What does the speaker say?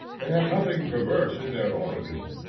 they have nothing perverse in their origin,